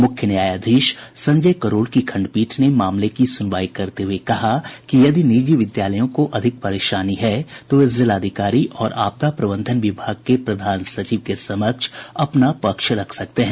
मुख्य न्यायाधीश संजय करोल की खंडपीठ ने मामले की सुनवाई करते हुए कहा कि यदि निजी विद्यालयों को अधिक परेशानी है तो वे जिलाधिकारी और आपदा प्रबंधन विभाग के प्रधान सचिव के समक्ष अपना पक्ष रख सकते हैं